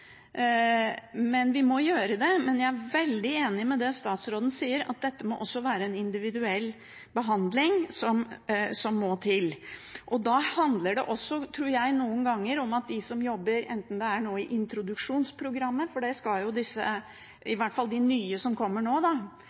Men det kan hende det tar litt tid å bryte noen av disse tabuene. Vi må gjøre det, men jeg er veldig enig i det statsråden sier om at også en individuell behandling må til. Da handler det, tror jeg, noen ganger om at de som jobber enten i introduksjonsprogrammet – for det skal i hvert fall de nye som kommer nå,